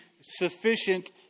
sufficient